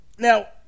Now